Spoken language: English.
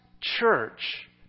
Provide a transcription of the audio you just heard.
church